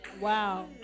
Wow